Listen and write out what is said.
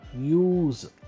use